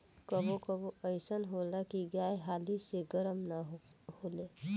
कबो कबो अइसन होला की गाय हाली से गरम ना होले